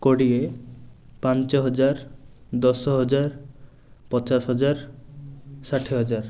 କୋଡ଼ିଏ ପାଞ୍ଚ ହଜାର ଦଶ ହଜାର ପଚାଶ ହଜାର ଷାଠିଏ ହଜାର